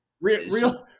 real